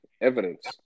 evidence